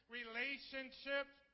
relationships